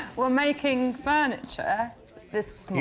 were making furniture this small.